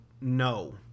no